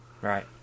right